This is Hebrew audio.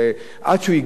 הוא האחרון ברשימה,